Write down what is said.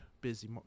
busy